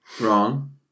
wrong